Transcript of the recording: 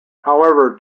however